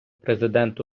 президента